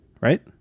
Right